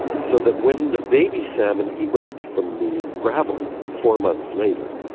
so that when the baby salmon emerge from the gravel four months later,